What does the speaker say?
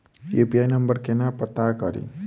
UPI number केना पत्ता कड़ी?